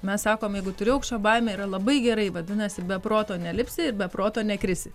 mes sakom jeigu turi aukščio baimė yra labai gerai vadinasi be proto nelipsi ir be proto nekrisi